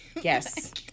Yes